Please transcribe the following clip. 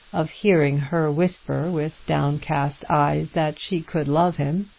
of hearing her whisper with downcast eyes, that she could love him.